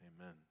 Amen